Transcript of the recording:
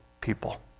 people